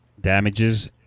damages